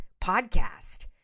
podcast